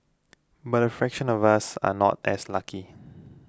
but a fraction of us are not as lucky